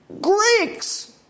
Greeks